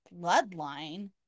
bloodline